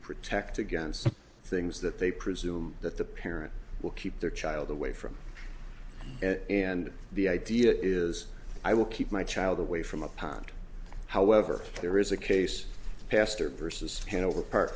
protect against things that they presume that the parent will keep their child away from and the idea is i will keep my child away from a pond however there is a case pastor versus hanover park